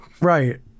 Right